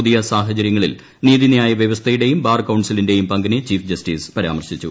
പുതിയ സ്ഹചര്യങ്ങളിൽ നീതിന്യായ വൃവസ്ഥയുടേയും ബാർ കൌൺസ്റ്റിലിന്റെയും പങ്കിനെ ചീഫ് ജസ്റ്റിസ് പരാമർശിച്ചു